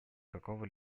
какого